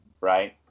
right